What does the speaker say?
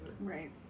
Right